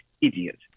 idiot